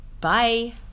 Bye